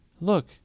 look